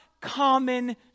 common